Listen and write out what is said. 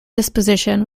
disposition